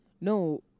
No